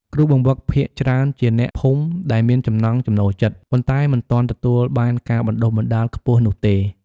គ្រូបង្វឹកភាគច្រើនជាអ្នកភូមិដែលមានចំណង់ចំណូលចិត្ត ប៉ុន្តែមិនទាន់ទទួលបានការបណ្តុះបណ្តាលខ្ពស់នោះទេ។